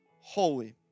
holy